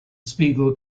spiegel